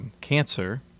cancer